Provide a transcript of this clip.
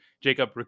jacob